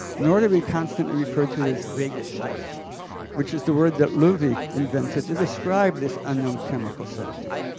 nor do we constantly refer to to his vagusstoff, which is the word that loewi invented to describe this unknown chemical substance.